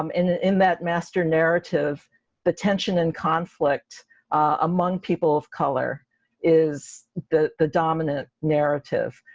um in in that master narrative the tension and conflict among people of color is the the dominant narrative,